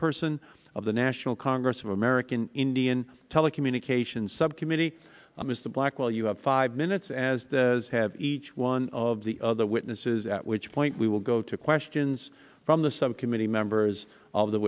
person of the national congress of american indian telecommunications subcommittee mr blackwell you have five minutes as have each one of the other witnesses at which point we will go to questions from the subcommittee members of the